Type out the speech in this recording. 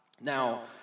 Now